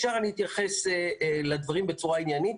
מיד אני אתייחס לדברים בצורה עניינית.